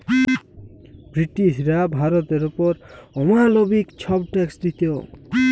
ব্রিটিশরা ভারতের অপর অমালবিক ছব ট্যাক্স দিত